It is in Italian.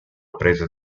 prese